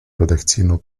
редакційну